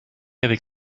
avec